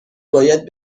باید